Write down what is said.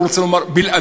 אני לא רוצה לומר בלעדי,